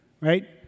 right